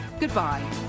goodbye